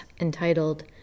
entitled